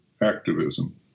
activism